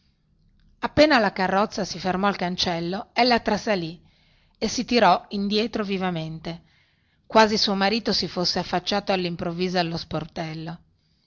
appena la carrozza si fermò al cancello ella trasalì e si tirò indietro vivamente quasi suo marito si fosse affacciato allimprovviso allo sportello